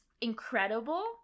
incredible